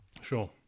Sure